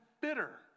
bitter